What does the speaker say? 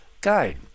Guide